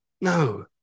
No